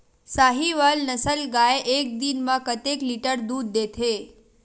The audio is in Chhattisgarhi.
साहीवल नस्ल गाय एक दिन म कतेक लीटर दूध देथे?